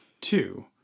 Two